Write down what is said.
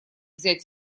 взять